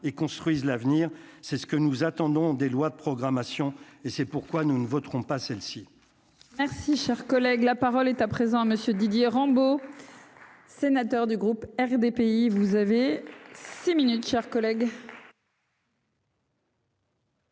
construisent l'avenir, c'est ce que nous attendons des lois de programmation et c'est pourquoi nous ne voterons pas celle-ci. Merci, cher collègue, la parole est à présent à monsieur Didier Rambaud, sénateur du groupe RDPI, vous avez six minutes chers collègues.